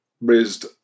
raised